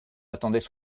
attendaient